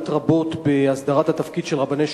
רבות בהסדרת התפקיד של רבני שכונות.